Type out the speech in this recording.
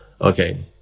okay